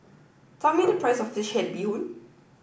tell me the price of Fish Head Bee Hoon